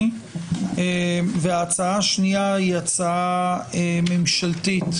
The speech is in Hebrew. וההצעה השנייה היא הצעה ממשלתית